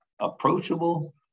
approachable